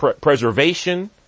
preservation